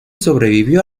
sobrevivió